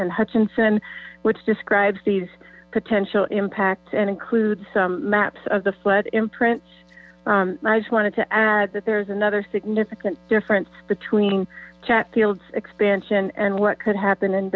and hutchinson which describes these potential impacts and includes some maps of the flood imprint i just wanted to add that there is another significant difference between chatfield expansion and what could happen in